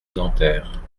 nanterre